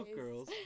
girls